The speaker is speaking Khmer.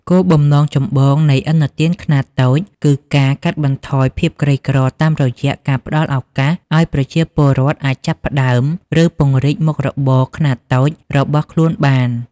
គោលបំណងចម្បងនៃឥណទានខ្នាតតូចគឺការកាត់បន្ថយភាពក្រីក្រ តាមរយៈការផ្ដល់ឱកាសឱ្យប្រជាពលរដ្ឋអាចចាប់ផ្ដើម ឬពង្រីកមុខរបរខ្នាតតូចរបស់ខ្លួនបាន។